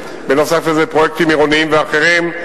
נוסף על זה פרויקטים עירוניים ואחרים,